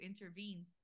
intervenes